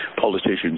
politicians